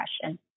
question